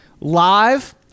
live